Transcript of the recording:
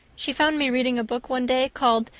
she found me reading a book one day called,